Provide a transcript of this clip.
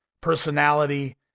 personality